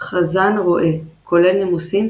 חזן רואה – כולל נימוסים,